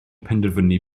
penderfynu